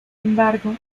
embargo